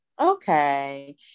Okay